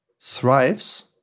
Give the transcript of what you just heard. thrives